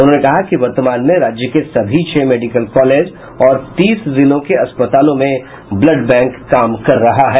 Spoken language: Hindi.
उन्होंने कहा कि वर्तमान में राज्य के सभी छह मेडिकल कॉलेज और तीस जिलों के अस्पतालों में ब्लड बैंक काम कर रहा है